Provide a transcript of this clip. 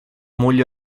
moglie